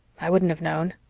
i wouldn't have known.